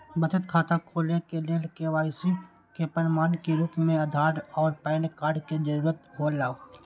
बचत खाता खोले के लेल के.वाइ.सी के प्रमाण के रूप में आधार और पैन कार्ड के जरूरत हौला